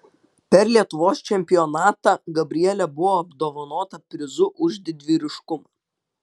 per lietuvos čempionatą gabrielė buvo apdovanota prizu už didvyriškumą